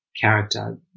character